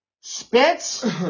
Spitz